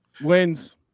Wins